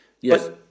Yes